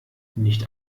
nicht